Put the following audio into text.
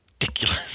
ridiculous